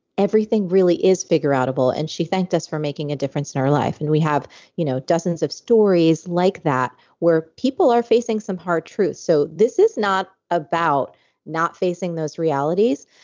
everything really is figureoutable and she thanked us for making a difference in her life. and we have you know dozens of stories like that where people are facing some hard truths, so this is not about not facing those realities,